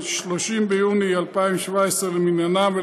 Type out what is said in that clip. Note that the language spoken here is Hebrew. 30 ביוני 2017 למניינם,